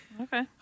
Okay